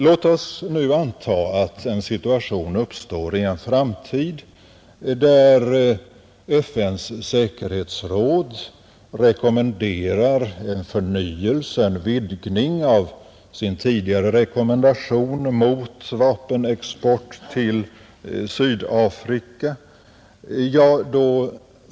Låt oss nu anta att en situation uppstår i en framtid, där FN:s säkerhetsråd rekommenderar en förnyelse och en vidgning av sin tidigare rekommendation mot vapenexport till Sydafrika.